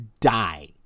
die